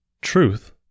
truth